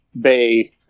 Bay